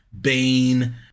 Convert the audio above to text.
Bane